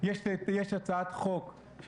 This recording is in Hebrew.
לו שותפים, הוא לא לבד.